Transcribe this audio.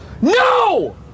no